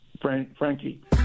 Frankie